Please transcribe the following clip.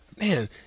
Man